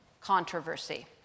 controversy